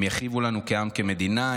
הם יכאיבו לנו כעם, כמדינה.